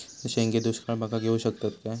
शेंगे दुष्काळ भागाक येऊ शकतत काय?